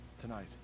tonight